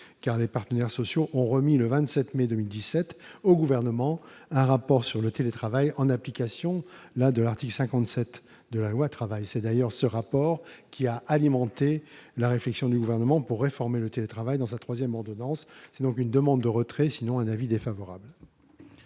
car les partenaires sociaux ont remis le 27 mai 2017 au gouvernement un rapport sur le télétravail en application l'un de l'article 57 de la loi travail c'est d'ailleurs ce rapport qui a alimenté la réflexion du gouvernement pour réformer le télétravail dans sa 3ème ordonnance donc une demande de retrait sinon un avis défavorable.